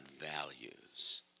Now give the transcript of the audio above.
values